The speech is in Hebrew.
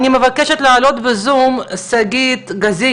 אני מבקשת להעלות בזום את גב' שגיא-גזית